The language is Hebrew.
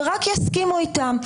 שרק יסכימו אתם.